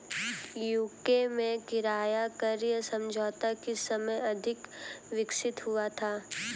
UK में किराया क्रय समझौता किस समय अधिक विकसित हुआ था?